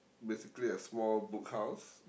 basically a small Book House